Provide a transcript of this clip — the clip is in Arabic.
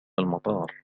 المطار